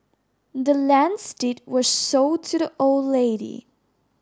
the land's deed was sold to the old lady